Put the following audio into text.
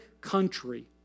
country